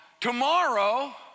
tomorrow